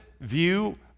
view